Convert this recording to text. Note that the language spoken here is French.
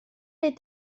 est